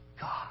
God